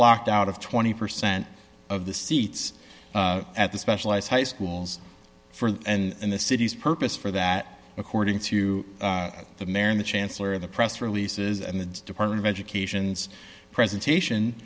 locked out of twenty percent of the seats at the specialized high schools for and the city's purpose for that according to the mayor and the chancellor of the press releases and the department of education's presentation